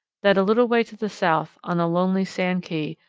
that a little way to the south, on a lonely sand key,